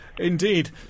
Indeed